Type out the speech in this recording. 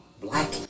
black